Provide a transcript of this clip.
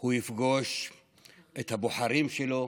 הוא יפגוש את הבוחרים שלו,